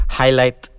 highlight